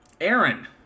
Aaron